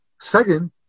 Second